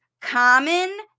common